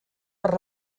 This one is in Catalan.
per